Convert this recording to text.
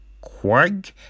Quag